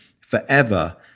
forever